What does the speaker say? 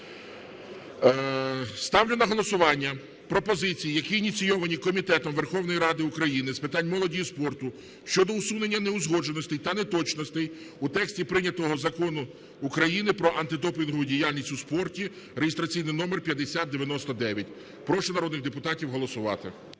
Ставлю на голосування пропозиції, які ініційовані Комітетом Верховної Ради України з питань молоді і спорту, щодо усунення неузгодженостей та неточностей у тексті прийнятого Закону України "Про антидопінгову діяльність у спорті" (реєстраційний номер 5099). Прошу народних депутатів голосувати.